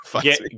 get